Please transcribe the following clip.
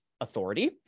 authority